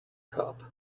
cup